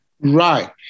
Right